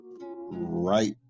right